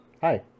Hi